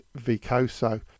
Vicoso